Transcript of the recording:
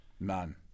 None